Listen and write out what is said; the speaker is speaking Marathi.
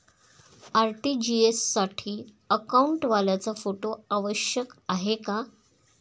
आर.टी.जी.एस साठी अकाउंटवाल्याचा फोटो आवश्यक आहे का?